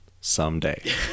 someday